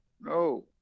no